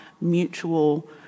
mutual